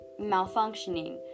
malfunctioning